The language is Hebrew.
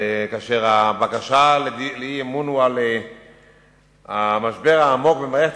כאשר הבקשה לאי-אמון היא על המשבר העמוק במערכת